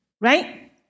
right